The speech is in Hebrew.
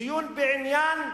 דיון בעניין